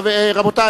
רבותי,